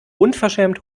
unverschämt